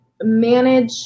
manage